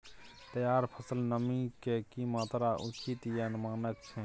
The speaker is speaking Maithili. तैयार फसल में नमी के की मात्रा उचित या मानक छै?